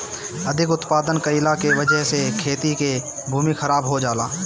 अधिक उत्पादन कइला के वजह से खेती के भूमि खराब हो जाला